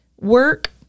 work